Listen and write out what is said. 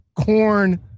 corn